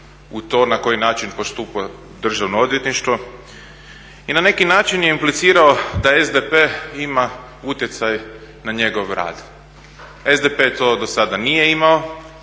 u to na koji način postupa Državno odvjetništvo i na neki način je implicirao da SDP ima utjecaj na njegov rad. SDP to dosada nije imao,